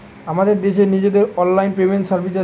আমাদের দেশের নিজেদের অনলাইন পেমেন্ট সার্ভিস আছে